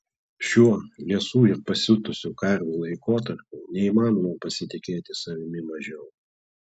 šiuo liesų ir pasiutusių karvių laikotarpiu neįmanoma pasitikėti savimi mažiau